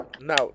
Now